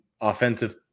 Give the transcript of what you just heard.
offensive